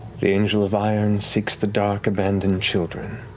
the angel of irons seeks the dark, abandoned children